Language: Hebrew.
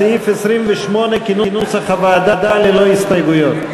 סעיף 28 כנוסח הוועדה, לא הסתייגויות,